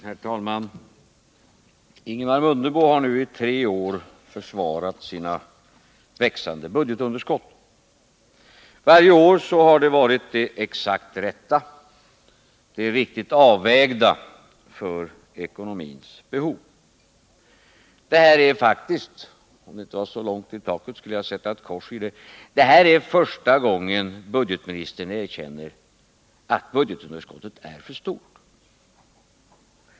Herr talman! Ingemar Mundebo har nu i tre år försvarat sina växande budgetunderskott. Varje år har budgetunderskottet varit det exakt rätta och det riktigt avvägda för ekonomins behov. Det här är faktiskt — om det inte vore så långt till taket skulle jag sätta ett kors där — första gången som budgetministern erkänner att budgetunderskottet är för stort.